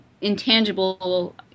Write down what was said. intangible